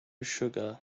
sugar